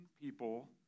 people